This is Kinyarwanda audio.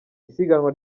isiganwa